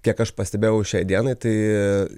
kiek aš pastebėjau šiai dienai tai